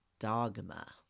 Dogma